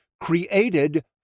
Created